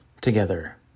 together